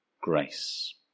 grace